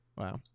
Wow